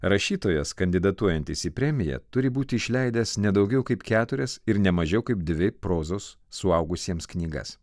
rašytojas kandidatuojantis į premiją turi būti išleidęs ne daugiau kaip keturias ir ne mažiau kaip dvi prozos suaugusiems knygas